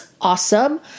awesome